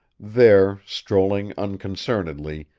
there, strolling unconcernedly,